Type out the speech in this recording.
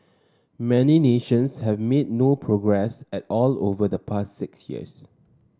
many nations have made no progress at all over the past six years